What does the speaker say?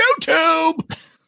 YouTube